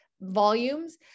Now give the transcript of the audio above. volumes